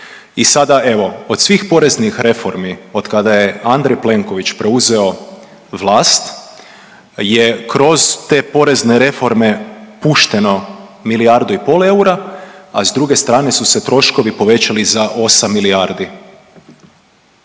I sada evo od svih poreznih reformi od kada je Andrej Plenković preuzeo vlast je kroz te porezne reforme pušteno milijardu i pol eura, a s druge strane su se troškovi povećali za 8 milijardi.